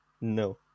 No